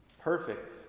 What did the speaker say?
perfect